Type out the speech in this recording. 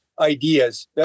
ideas